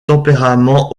tempérament